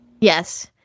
Yes